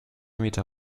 meter